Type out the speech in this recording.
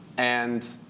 and